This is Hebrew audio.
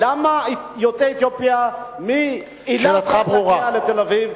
למה יוצאי אתיופיה, שאלתך ברורה.